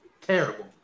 terrible